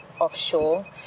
offshore